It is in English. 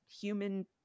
human